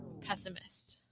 Pessimist